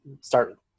start